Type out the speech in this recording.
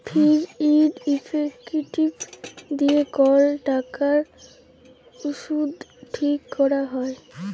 fees and effective দিয়ে কল টাকার শুধ ঠিক ক্যরা হ্যয়